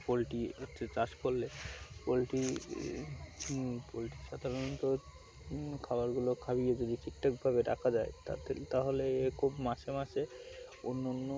poultry হচ্ছে চাষ করলে পোলট্রি পোলট্রি সাধারণত খাবারগুলো খাবিয়ে যদি ঠিক ঠাকভাবে রাাকা যায় তাতে তাহলে এ খুব মাসে মাসে অন্য অন্য